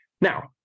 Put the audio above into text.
now